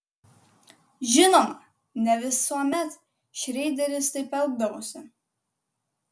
žinoma ne visuomet šreideris taip elgdavosi